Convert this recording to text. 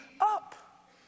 up